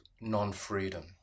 non-freedom